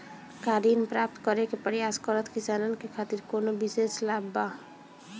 का ऋण प्राप्त करे के प्रयास करत किसानन के खातिर कोनो विशेष लाभ बा